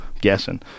guessing